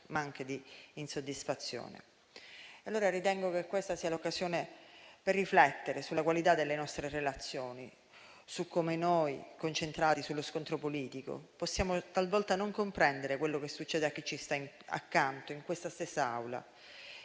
ma anche di insoddisfazione. Allora, ritengo che questa sia l'occasione per riflettere sulla qualità delle nostre relazioni; su come noi, concentrati sullo scontro politico, possiamo talvolta non comprendere quello che succede a chi ci sta accanto in questa stessa Aula.